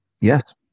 Yes